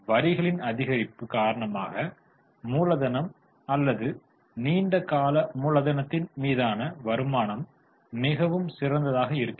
வரிகளின் அதிகரிப்பு காரணமாக மூலதனம் அல்லது நீண்ட கால மூலதனத்தின் மீதான வருமானம் மிகவும் சிறந்ததாக இருக்கிறது